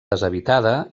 deshabitada